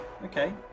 Okay